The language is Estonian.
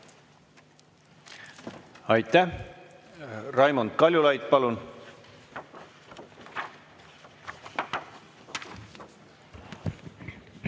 Raimond Kaljulaid, palun!